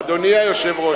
30 שרים, אדוני היושב-ראש